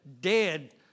dead